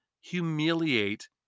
humiliate